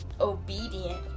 obedient